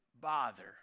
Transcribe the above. bother